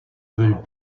veulent